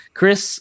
Chris